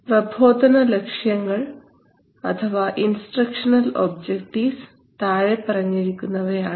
പ്രബോധന ലക്ഷ്യങ്ങൾ താഴെ പറഞ്ഞിരിക്കുന്നവയാണ്